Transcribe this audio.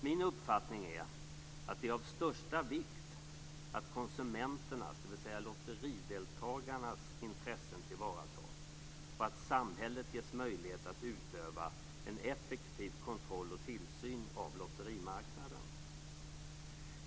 Min uppfattning är att det är av största vikt att konsumenternas, dvs. lotterideltagarnas, intressen tillvaratas och att samhället ges möjlighet att utöva en effektiv kontroll och tillsyn av lotterimarknaden.